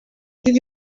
did